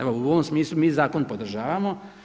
Evo u ovom smislu mi zakon podržavamo.